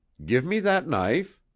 give me that knife,